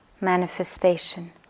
manifestation